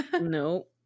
no